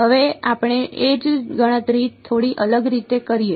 હવે આપણે એ જ ગણતરી થોડી અલગ રીતે કરીએ